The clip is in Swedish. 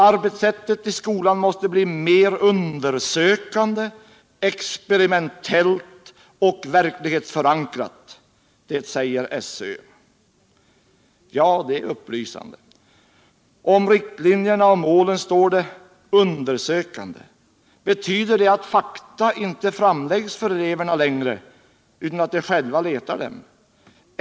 Arbetssättet I skolan måste bli mer undersökande, experimentellt och verklighetsförankrat. Det säger skolöverstyrelsen ——--—-" Det är upplysande. Om riktlinjerna och målen står det: undersökande. Betyder det att fakta ine framläggs för eleverna längre, utan att de själva får leta efter dem?